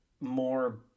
more